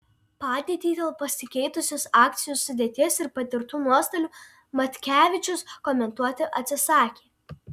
padėtį dėl pasikeitusios akcijų sudėties ir patirtų nuostolių matkevičius komentuoti atsisakė